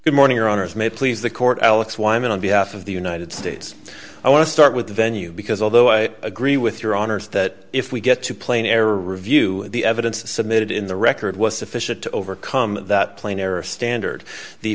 good morning your honor is may please the court alex wyman on behalf of the united states i want to start with the venue because although i agree with your honor's that if we get to play in error review the evidence submitted in the record was sufficient to overcome that plain error standard the